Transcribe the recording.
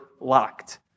locked